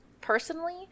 personally